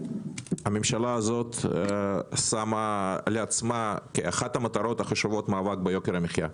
הממשלה הזאת שמה לעצמה כאחת המטרות החשובות שלה את המאבק ביוקר המחיה.